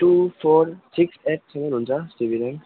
to four six एटसम्म हुन्छ GB RAM